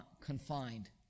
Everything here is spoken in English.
confined